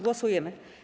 Głosujemy.